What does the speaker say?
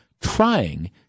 trying